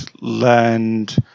learned